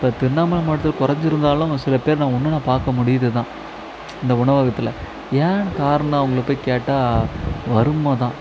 இப்போ திருவண்ணாமலை மாவட்டத்தில் குறைஞ்சிருந்தாலும் சில பேர் நான் இன்னும் நான் பார்க்க முடியுது தான் இந்த உணவகத்தில் ஏன் காரணம் அவங்களை போய் கேட்டால் வறுமை தான்